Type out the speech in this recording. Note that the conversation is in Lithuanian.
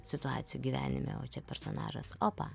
situacijų gyvenime o čia personažas opa